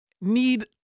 need –